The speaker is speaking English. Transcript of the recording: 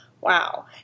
wow